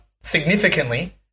significantly